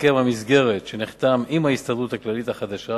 הסכם המסגרת שנחתם עם ההסתדרות הכללית החדשה